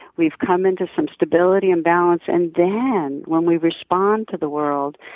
we've come into some stability and balance and then, when we respond to the world,